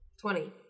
Twenty